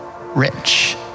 rich